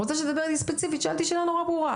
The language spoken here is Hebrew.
אני רוצה שתדבר איתי ספציפית כי שאלתי שאלה נורא ברורה,